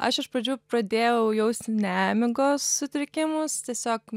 aš iš pradžių pradėjau jausti nemigos sutrikimus tiesiog